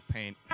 paint